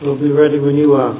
we'll be ready when you